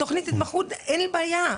תכנית התמחות, אין לי בעיה.